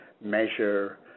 measure